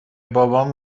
بابام